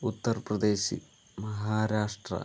Uttar Pradesh Maharashtra